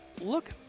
look